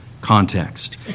context